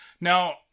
Now